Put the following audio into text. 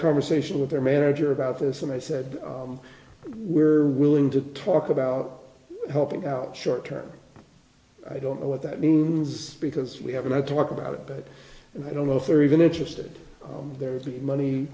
conversation with their manager about this and i said we're willing to talk about helping out short term i don't know what that means because we haven't i talk about it and i don't know if they're even interested there is the money